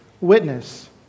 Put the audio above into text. witness